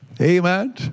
Amen